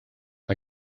mae